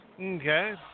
Okay